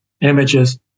images